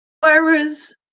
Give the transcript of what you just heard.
Whereas